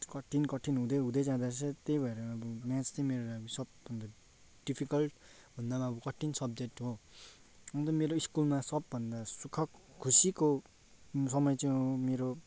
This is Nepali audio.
कठिन कठिन हुँदै हुँदै जाँदो रहेछ त्यही भएर अब म्याथ चाहिँ मेरो सबभन्दा डिफिकल्ट भन्दा पनि अब कठिन सब्जेक्ट हो अन्त मेरो स्कुलमा सबभन्दा सुख खुसीको समय चाहिँ हो मेरो